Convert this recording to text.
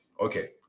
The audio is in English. Okay